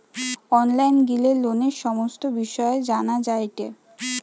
online গিলে লোনের সমস্ত বিষয় জানা যায়টে